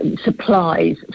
supplies